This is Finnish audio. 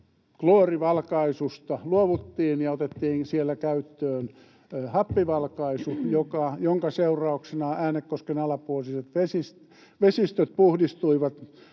kloorivalkaisusta luovuttiin ja siellä otettiin käyttöön happivalkaisu, minkä seurauksena Äänekosken alapuoliset vesistöt puhdistuivat